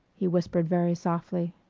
he whispered very softly.